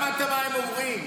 שמעת מה שהם אומרים,